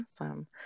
Awesome